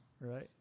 Right